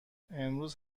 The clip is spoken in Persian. امروز